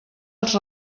els